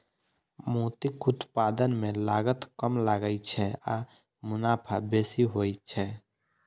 मोतीक उत्पादन मे लागत कम लागै छै आ मुनाफा बेसी होइ छै